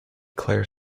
claire